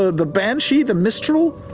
ah the banshee, the mistral,